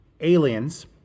aliens